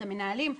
את המנהלים.